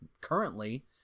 currently